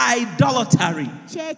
idolatry